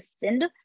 send